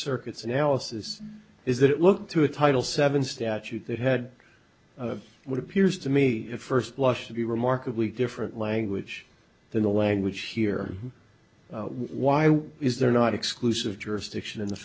circuits analysis is that it looked to a title seven statute that had what appears to me at first blush to be remarkably different language than the language here why why is there not exclusive jurisdiction in the